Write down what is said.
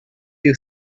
you